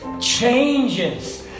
changes